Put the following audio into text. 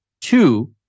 Two